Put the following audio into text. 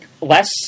less